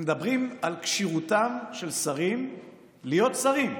מדברים על כשירותם של שרים להיות שרים,